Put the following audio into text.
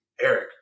Eric